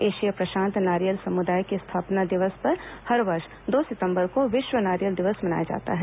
Asia प्रशांत नारियल समुदाय के स्थापना दिवस पर हर वर्ष दो सितम्बर को विश्व नारियल दिवस मनाया जाता है